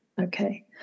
Okay